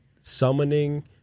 summoning